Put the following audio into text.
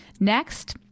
Next